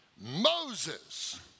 Moses